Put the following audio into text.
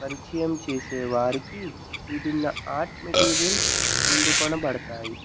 పరిచయం చేసే వారికి విభిన్న ఆర్ట్ మెటీరియల్స్ అందుకొనబడతాయి